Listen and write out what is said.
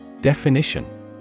Definition